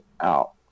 out